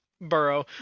Burrow